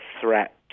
threat